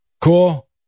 cool